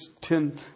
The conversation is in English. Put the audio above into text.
ten